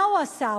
מה הוא עשה?